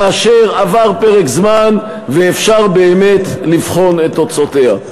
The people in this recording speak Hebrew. כאשר עבר פרק זמן ואפשר באמת לבחון את תוצאותיה.